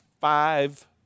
five